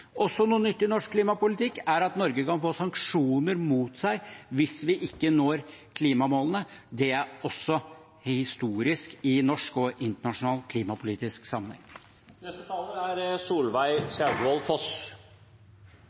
også er noe nytt i norsk klimapolitikk, er at Norge kan få sanksjoner mot seg hvis vi ikke når klimamålene. Det er også historisk i norsk og internasjonal klimapolitisk